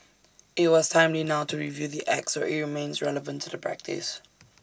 IT was timely now to review the act so IT remains relevant to the practice